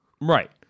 Right